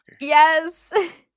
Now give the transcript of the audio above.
Yes